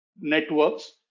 networks